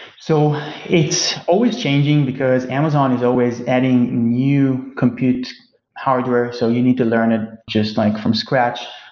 so it's always changing, because amazon is always adding new compute hardware. so you need to learn it just like from scratch.